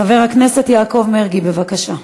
חבר הכנסת יעקב מרגי, בבקשה.